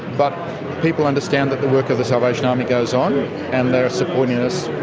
but people understand that the work of the salvation army goes on and they're supporting us